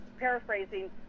paraphrasing